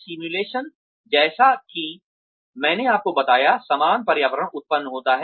simulation जैसा कि मैंने आपको बताया समान पर्यावरण उत्पन्न होता है